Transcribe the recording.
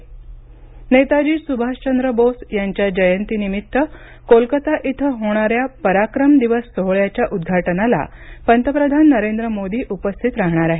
पंतप्रधान आसाम नेताजी सुभाषचंद्र बोस यांच्या जयंतीनिमित्त कोलकता इथं होणाऱ्या पराक्रम दिवस सोहळ्याच्या उद्घाटनाला पंतप्रधान नरेंद्र मोदी उपस्थित राहणार आहेत